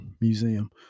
museum